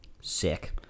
Sick